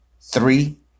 three